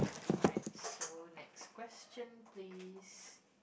alright so next question please